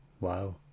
Wow